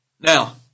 Now